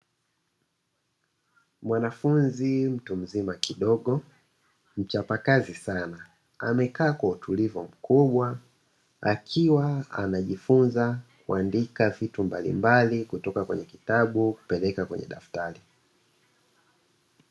Mwanafunzi mtu mzima kidogo, mchapakazi sana amekaa kwa utulivu mkubwa akiwa anajifunza kuandika vitu mbalimbali kutoka kwenye kitabu kupeleka kwenye daftari.